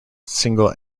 single